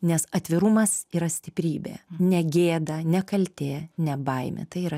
nes atvirumas yra stiprybė ne gėda ne kaltė ne baimė tai yra